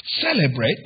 celebrate